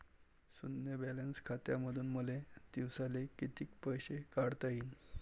शुन्य बॅलन्स खात्यामंधून मले दिवसाले कितीक पैसे काढता येईन?